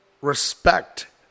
respect